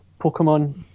Pokemon